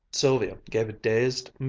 sylvia gave a dazed,